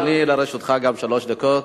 בבקשה, אדוני, גם לרשותך שלוש דקות.